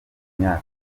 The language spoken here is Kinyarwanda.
imyaka